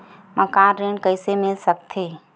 मकान ऋण कइसे मिल सकथे?